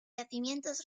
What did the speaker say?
yacimientos